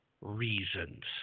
reasons